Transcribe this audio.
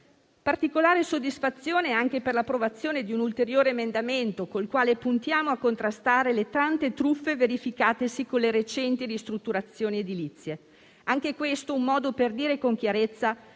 Particolare soddisfazione esprimo anche per l'approvazione di un ulteriore emendamento, con il quale puntiamo a contrastare le tante truffe verificatesi con le recenti ristrutturazioni edilizie, anche questo è un modo per dire con chiarezza